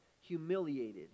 humiliated